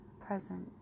present